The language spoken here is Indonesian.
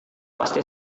pasti